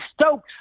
stokes